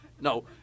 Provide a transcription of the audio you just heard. no